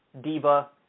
diva